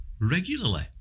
regularly